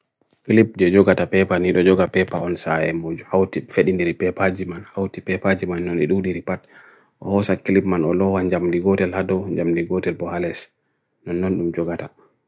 clip jye jogata paper nido joga paper onsa e mojo how to fade in niri paper jiman how to paper jiman on niru niri but also clip man ono wan jam niri gotel hado jam niri gotel bohales nanon nimi jogata